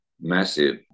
massive